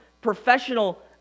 professional